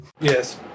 Yes